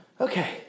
Okay